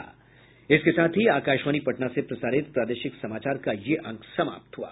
इसके साथ ही आकाशवाणी पटना से प्रसारित प्रादेशिक समाचार का ये अंक समाप्त हुआ